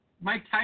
Mike